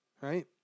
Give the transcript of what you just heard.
Right